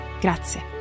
Grazie